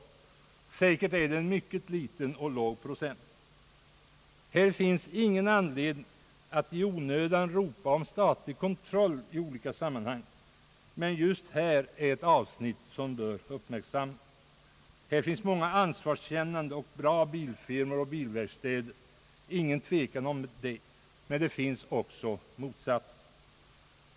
Säkerligen är det en mycket låg procent. Det finns ingen anledning att i onödan ropa på statlig kontroll i olika sammanhang, men just här finns ett avsnitt som bör uppmärksammas. Det råder ingen tvekan om att det finns många ansvarskännande och bra bilfirmor, men det finns också motsatsen.